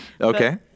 okay